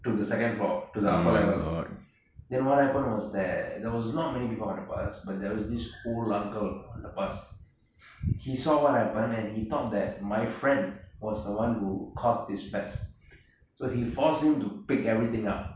to the second floor to the upper level then what happened was that there was not people on the bus but there was this old uncle on the bus he saw what happened and he thought that my friend was the one who caused this mess so he force him to pick everything up